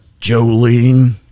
jolene